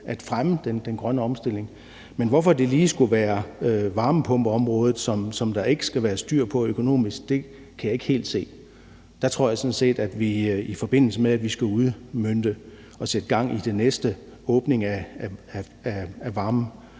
at fremme den grønne omstilling. Men hvorfor det lige skulle være varmepumpeområdet, som der økonomisk ikke skal være styr på, kan jeg ikke helt se. Der tror jeg sådan set, at vi, i forbindelse med at vi skal udmønte og sætte gang i den næste åbning af